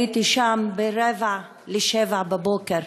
הייתי שם ברבע לשבע בבוקר,